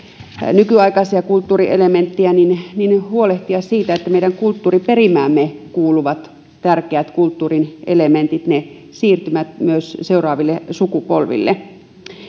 nykyaikaisia kulttuurielementtejä myös huolehtia siitä että meidän kulttuuriperimäämme kuuluvat tärkeät kulttuurin elementit siirtyvät myös seuraaville sukupolville